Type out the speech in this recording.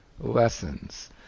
lessons